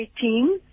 team